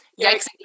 yikes